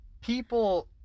People